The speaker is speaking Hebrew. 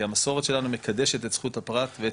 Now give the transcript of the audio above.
כי המסורת שלנו מקדשת את זכות הפרט ואת